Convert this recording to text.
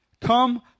come